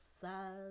sad